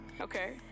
okay